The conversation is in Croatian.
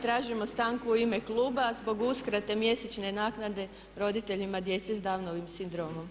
Tražimo stanku u ime kluba zbog uskrate mjesečne naknade roditeljima djece s Downovim sindromom.